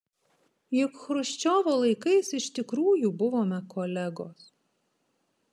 juk chruščiovo laikais iš tikrųjų buvome kolegos